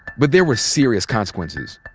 but there were serious consequences.